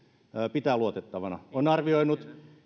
pitää luotettavana on arvioinut